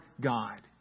God